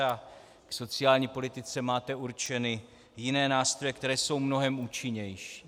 K sociální politice máte určeny jiné nástroje, které jsou mnohem účinnější.